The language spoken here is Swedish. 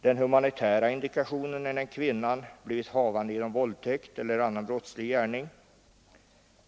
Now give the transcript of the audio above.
Den humanitära indikationen är när kvinnan blivit havande genom våldtäkt eller annan brottslig gärning.